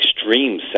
extreme